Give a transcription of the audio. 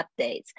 updates